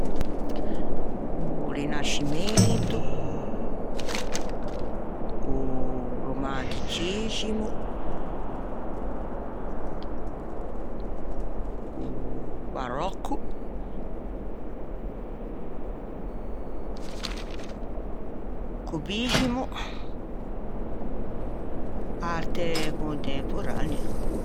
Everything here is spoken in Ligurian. o rinascimento, o romanticiximo, o baròcco, cubiximo, arte contemporanea